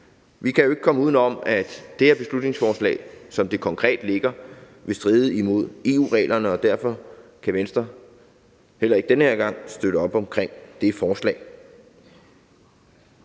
Vi kan jo ikke komme udenom, at det her beslutningsforslag, som det konkret ligger, vil stride imod EU-reglerne, og derfor kan Venstre heller ikke den her gang støtte op omkring det. Tak.